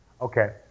Okay